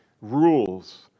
rules